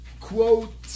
quote